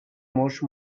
much